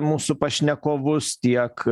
mūsų pašnekovus tiek